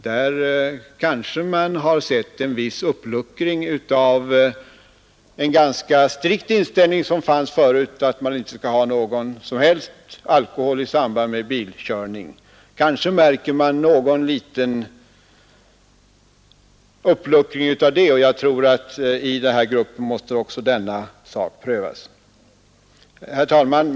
Där kanske vi har märkt någon liten uppluckring av en ganska strikt inställning som fanns förut, nämligen att man inte skall använda någon som helst alkohol i samband med bilkörning. Detta är en allvarlig sak. I arbetsgruppen måste också denna sak tas upp. Herr talman!